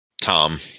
Tom